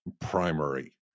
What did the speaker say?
primary